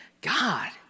God